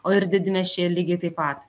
o ir didmiesčiai lygiai taip pat